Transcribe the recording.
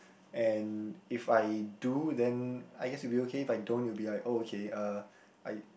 and if I do then I guess it will be okay if I don't it will be like okay uh I